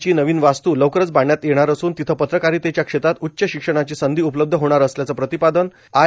ची नवीन वास्तू लवकरच बांधण्यात येणार असून तिथं पत्रकारितेच्या क्षेत्रात उच्च शिक्षणाची संधी उपलब्ध होणार असल्याचं प्रतिपादन आय